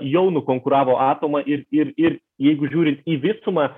jau nukonkuravo atomą ir ir ir jeigu žiūrint į visumą